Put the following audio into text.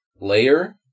layer